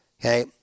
Okay